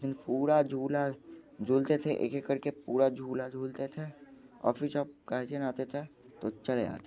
उस दिन पूरा झूला झूलते थे एक एक करके पूरा झूलते थे और फिर जब गार्जियन आते थे तो चले जाते थे